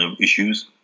issues